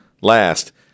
last